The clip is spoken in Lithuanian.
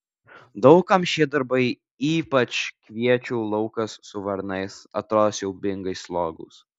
daug kam šie darbai ypač kviečių laukas su varnais atrodo siaubingai slogūs